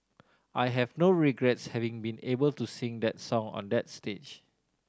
I have no regrets having been able to sing that song on that stage